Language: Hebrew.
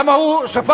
למה הוא שפט?